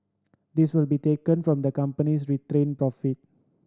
this will be taken from the company's retained profit